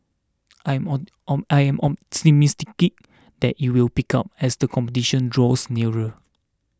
I am on on I am optimistic that it will pick up as the competition draws nearer